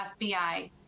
FBI